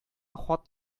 хат